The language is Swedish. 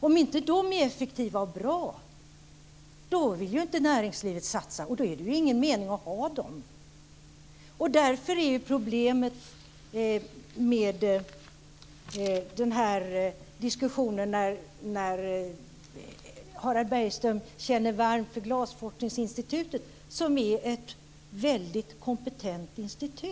Om de inte är effektiva och bra vill näringslivet inte satsa, och då är det ju ingen mening att ha dem. Harald Bergström känner varmt för Glasforskningsinstitutet som är ett väldigt kompetent institut.